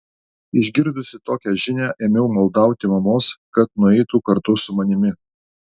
išgirdusi tokią žinią ėmiau maldauti mamos kad nueitų kartu su manimi